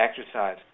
exercise